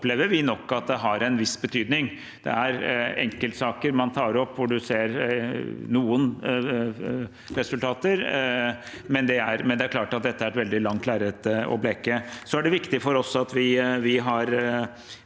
opplever nok at det har en viss betydning. Det er enkeltsaker man tar opp, hvor man ser noen resultater, men det er klart at det er et veldig langt lerret å bleke. Det er viktig for oss at vi går